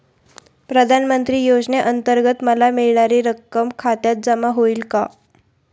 प्रधानमंत्री योजनेअंतर्गत मला मिळणारी रक्कम खात्यात जमा होईल का?